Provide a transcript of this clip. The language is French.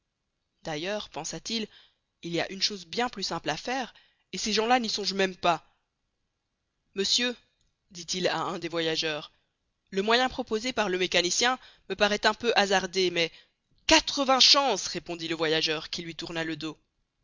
d'ailleurs pensa-t-il il y a une chose bien plus simple à faire et ces gens-là n'y songent même pas monsieur dit-il à un des voyageurs le moyen proposé par le mécanicien me paraît un peu hasardé mais quatre-vingts chances répondit le voyageur qui lui tourna le dos